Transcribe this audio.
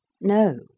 No